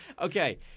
Okay